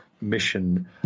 mission